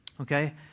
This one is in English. Okay